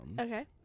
Okay